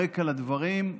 הרקע לדברים: